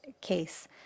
case